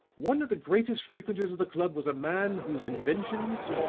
one of the greatest frequenters of the club was a man whose inventions,